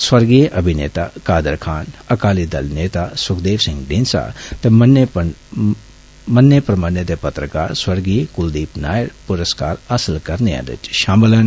स्वर्गीय अभिनेता कादर खान अकाली दल नेता सुखदेख सिंह धिंडसा ते मन्ने परमन्ने दे पत्रकार स्वर्गीय कुलदीप नायर पुरस्कार हासल करने आहले च षामल न